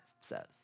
says